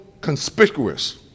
conspicuous